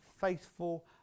faithful